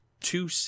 two